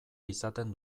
izaten